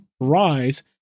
rise